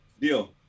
Deal